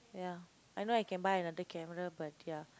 ya I know I can buy another camera but ya